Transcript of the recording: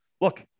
look